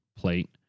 plate